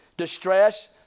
distress